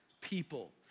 people